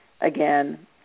again